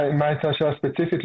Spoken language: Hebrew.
מה הייתה השאלה הספציפית?